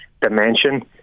dimension